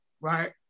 right